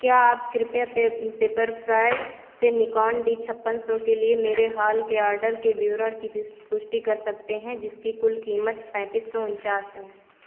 क्या आप कृपया पेप पेपरफ्राय से निकॉन डी छप्पन सौ के लिए मेरे हाल के ऑर्डर के विवरण की पुष्टि कर सकते हैं जिसकी कुल कीमत पैँतीस सौ उनचास है